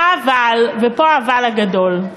אבל, ופה ה"אבל" הגדול,